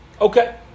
Okay